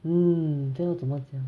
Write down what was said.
hmm 这个怎么讲